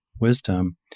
wisdom